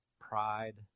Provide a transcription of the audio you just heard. pride